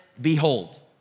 behold